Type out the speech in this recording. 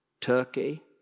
Turkey